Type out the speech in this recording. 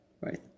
right